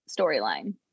storyline